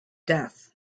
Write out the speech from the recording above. death